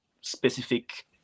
specific